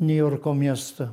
niujorko miestą